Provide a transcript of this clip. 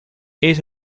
eight